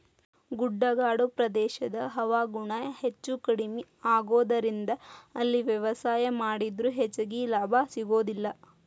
ಗುಡ್ಡಗಾಡು ಪ್ರದೇಶದ ಹವಾಗುಣ ಹೆಚ್ಚುಕಡಿಮಿ ಆಗೋದರಿಂದ ಅಲ್ಲಿ ವ್ಯವಸಾಯ ಮಾಡಿದ್ರು ಹೆಚ್ಚಗಿ ಲಾಭ ಸಿಗೋದಿಲ್ಲ